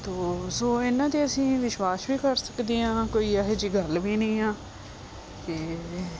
ਤੋਂ ਸੋ ਇਹਨਾਂ 'ਤੇ ਅਸੀਂ ਵਿਸ਼ਵਾਸ ਵੀ ਕਰ ਸਕਦੇ ਹਾਂ ਕੋਈ ਇਹੋ ਜਿਹੀ ਗੱਲ ਵੀ ਨਹੀਂ ਆ ਅਤੇ